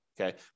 okay